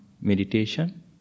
meditation